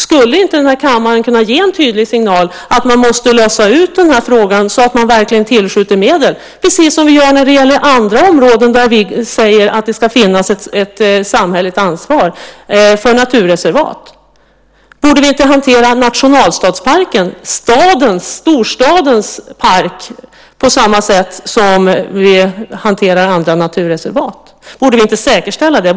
Skulle inte kammaren kunna ge en tydlig signal om att frågan måste lösas ut så att medel verkligen tillskjuts - precis som sker på andra områden där vi säger att det ska finnas ett samhälleligt ansvar - för naturreservat? Borde vi inte hantera nationalstadsparken, storstadens park, på samma sätt som vi hanterar andra naturreservat? Borde vi inte säkerställa detta?